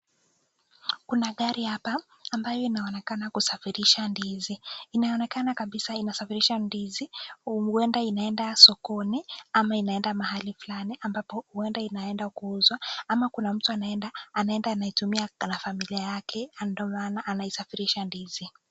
Kuna gari hapa ambayo inaonekana kusafirisha ndizi. Inaonekana kabisa inasafirisha ndizi, uenda inaenda sokoni ama inaenda mahali fulani ambapo, uenda inaenda kuuzwa ama kuna mtu anaenda anaitumia na familia yake ndio maana anasafirisha ndizi.